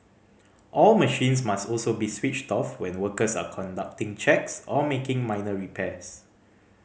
all machines must also be switched off when workers are conducting checks or making minor repairs